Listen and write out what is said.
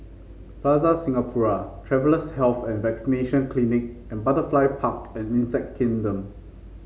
Plaza Singapura Travellers' Health and Vaccination Clinic and Butterfly Park and Insect Kingdom